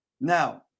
Now